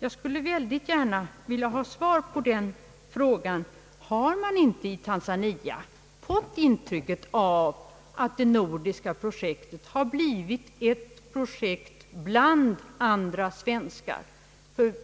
Jag skulle gärna vilja ha svar på frågan: Har man inte i Tanzania fått ett intryck av att det nordiska projektet har blivit ett projekt bland andra svenska?